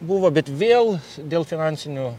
buvo bet vėl dėl finansinių